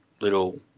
little